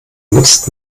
nutzt